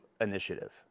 initiative